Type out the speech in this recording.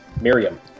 Miriam